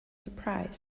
surprise